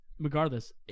Regardless